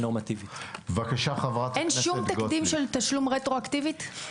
אין שום תקדים של תשלום רטרו-אקטיבי.